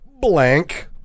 Blank